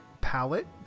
palette